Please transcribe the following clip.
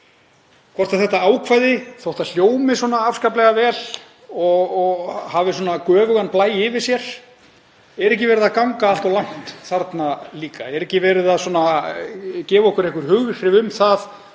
Þótt þetta ákvæði hljómi afskaplega vel og hafi göfugan blæ yfir sér, er ekki verið að ganga allt of langt þarna líka? Er ekki verið að gefa okkur einhver hughrif um að